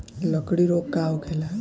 लगड़ी रोग का होखेला?